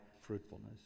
fruitfulness